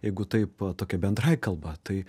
jeigu taip tokia bendrąja kalba tai